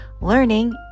learning